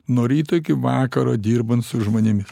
nuo ryto iki vakaro dirbant su žmonėmis